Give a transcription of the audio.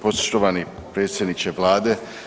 Poštovani predsjedniče Vlade.